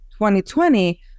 2020